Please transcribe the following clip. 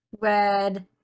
red